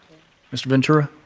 mr. ventura?